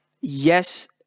Yes